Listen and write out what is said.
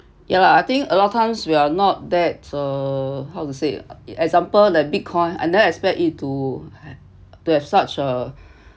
ya lah I think a lot of times we're not that err how to say it example like bitcoin I never expect it to to have such a